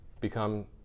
become